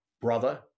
brother